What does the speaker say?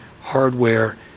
hardware